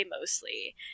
mostly